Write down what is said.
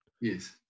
Yes